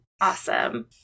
Awesome